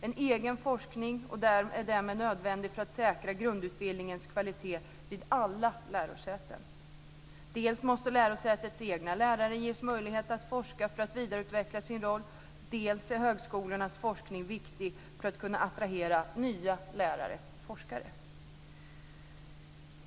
En egen forskning är därmed nödvändig för att säkra grundutbildningens kvalitet vid alla lärosäten. Dels måste lärosätets egna lärare ges möjlighet att forska för att vidareutveckla sin roll, dels är högskolornas forskning viktig för att kunna attrahera nya lärare och forskare.